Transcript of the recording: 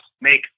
make